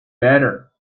better